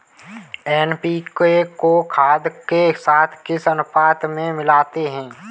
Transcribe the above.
NPK को खाद के साथ किस अनुपात में मिलाते हैं?